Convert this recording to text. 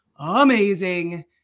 amazing